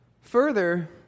Further